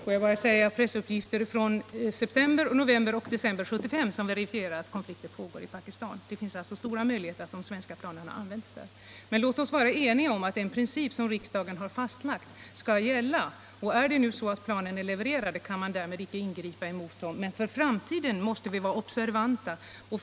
Herr talman! Det är pressuppgifter från september, november och december 1975 som verifierar att konflikter pågår i Pakistan. Det finns alltså stora möjligheter att de svenska planen använts där. Men låt oss vara eniga om att den princip som riksdagen har fastlagt skall gälla. Är det nu så att planen är levererade kan man därmed icke ingripa mot dem. Men för framtiden måste vi vara observanta.